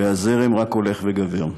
והזרם רק הולך וגבר.